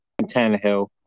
Tannehill